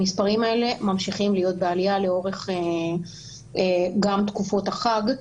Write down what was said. המספרים האלה ממשיכים להיות בעלייה לאורך גם תקופות החג.